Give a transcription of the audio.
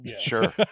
Sure